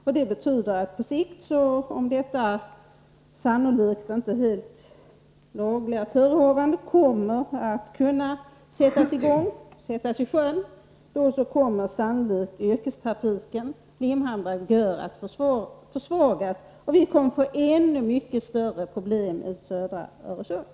Om dessa sannolikt inte helt lagliga förehavanden kommer att ”sättas i sjön”, betyder det att yrkestrafiken Limhamn-Dragör kommer att försvagas. Och vi får ännu mycket större problem i södra Öresund.